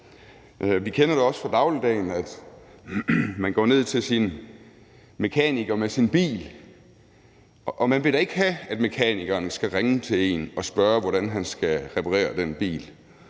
Vi kender det også fra dagligdagen. Man går ned til sin mekaniker med sin bil, og man vil da ikke have, at mekanikeren skal ringe til en og spørge, hvordan han skal reparere den bil.